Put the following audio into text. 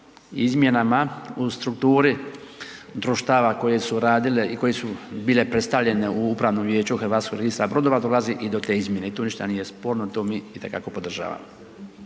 izmjenama u strukturi društava koje su radile i koje su bile predstavljene u Upravnom vijeću Hrvatskog registra brodova dolazi i do te izmjene i tu ništa nije sporno, to mi itekako podržavamo.